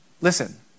Listen